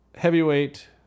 Heavyweight